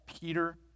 Peter